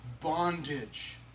bondage